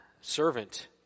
servant